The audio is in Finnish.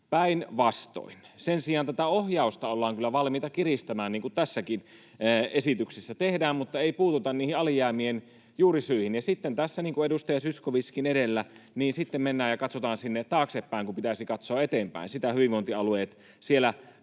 päinvastoin. Sen sijaan tätä ohjausta ollaan kyllä valmiita kiristämään, niin kuin tässäkin esityksessä tehdään, mutta ei puututa niihin alijäämien juurisyihin. Ja sitten tässä, niin kuin edustaja Zyskowiczkin edellä, mennään ja katsotaan taaksepäin, kun pitäisi katsoa eteenpäin. Sitä hyvinvointialueet, siellä arjen